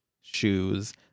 shoes